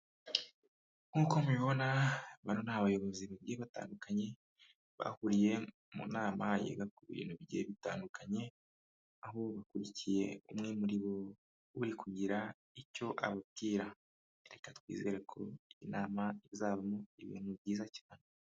Nk'uko mubibona bano ni abayobozi bagiye batandukanye, bahuriye mu nama yiga ku bintu bigiye bitandukanye, aho bakurikiye umwe muri bo uri kugira icyo ababwira, reka twizere ko iyi nama izavamo ibintu byiza cyane.